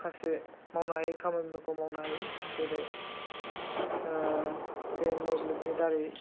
माखासे मावनो हायि खामानिफोरखौ मावनो हायो जेरै बे मोब्लिबनि दारै